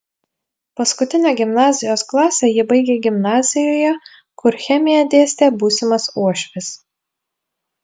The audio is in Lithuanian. paskutinę gimnazijos klasę ji baigė gimnazijoje kur chemiją dėstė būsimas uošvis